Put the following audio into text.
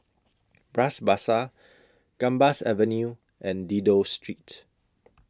Bras Basah Gambas Avenue and Dido Street